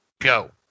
go